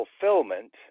fulfillment